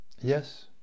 Yes